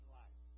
life